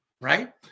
right